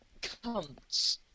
cunts